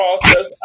process